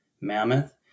Mammoth